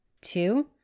Two